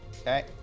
Okay